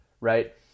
right